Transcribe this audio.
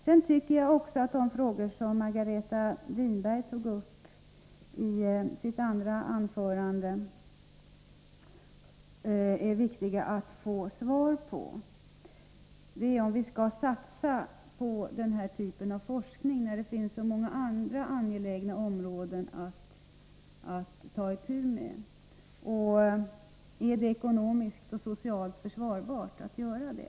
Jag tycker att det är viktigt att få svar på de frågor som Margareta Winberg tog uppi sitt andra anförande, nämligen om vi skall satsa på den här typen av forskning när det finns så många andra angelägna områden att ta itu med. Är det ekonomiskt och socialt försvarbart att göra det?